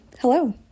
Hello